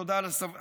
ותודה על הסובלנות,